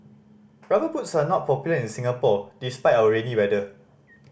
Rubber Boots are not popular in Singapore despite our rainy weather